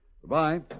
Goodbye